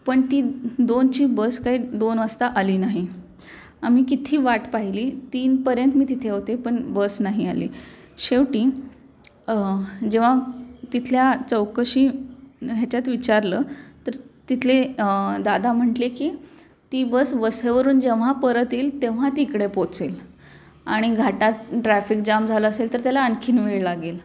पण ती दोनची बस काही दोन वाजता आली नाही आम्ही किती वाट पाहिली तीनपर्यंत मी तिथे होते पण बस नाही आली शेवटी जेव्हा तिथल्या चौकशी ह्याच्यात विचारलं तर तिथले दादा म्हणाले की ती बस वसईवरून जेव्हा परत येईल तेव्हा तिकडे पोचेल आणि घाटात ट्रॅफिक जाम झालं असेल तर त्याला आणखीन वेळ लागेल